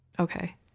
Okay